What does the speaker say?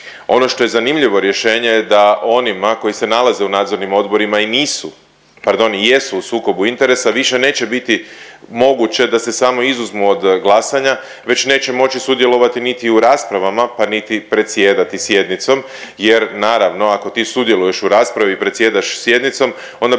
Ono što je zanimljivo rješenje je da onima koji se nalaze u nadzornim odborima i nisu, pardon i jesu u sukobu interesa više neće biti moguće da se samo izuzmu od glasanja već neće moći sudjelovati niti u raspravama pa niti predsjedati sjednicom jer naravno ako ti sudjeluješ u raspravi i predsjedaš sjednicom onda bez obzira na to što ne